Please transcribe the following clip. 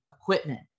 equipment